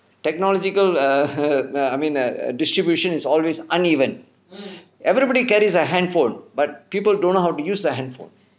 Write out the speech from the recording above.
technological err err I mean err distribution is always uneven everyody carries a handphone but people don't know use the handphone